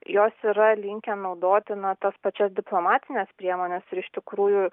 jos yra linkę naudoti na tas pačias diplomatines priemones ir iš tikrųjų